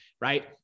right